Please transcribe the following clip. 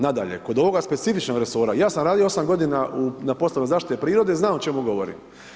Nadalje, kod ovoga specifičnoga resora ja sam radio 8 godina na poslovima zaštite prirode znam o čemu govorim.